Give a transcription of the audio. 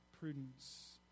prudence